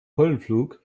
pollenflug